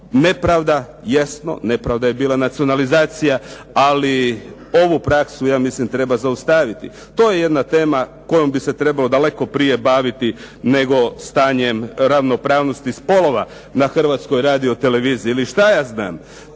nepravda, nepravda je bila nacionalizacija, ovu praksu ja mislim treba zaustaviti, to je jedna tema kojom bi se trebalo daleko prije baviti nego stanjem ravnopravnosti spolova na Hrvatskoj radio televiziji. Trebalo